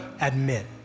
admit